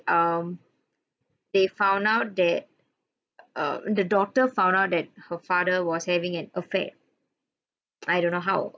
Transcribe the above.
um they found out that err the daughter found out that her father was having an affair I don't know how